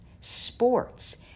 sports